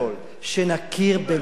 שנכיר במה שקרה.